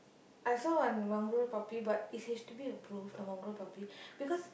I saw on Mongrel puppies but is H_D_B approved the Mongrel puppies because